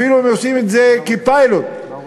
אפילו אם עושים את זה כפיילוט לשנה,